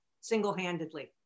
single-handedly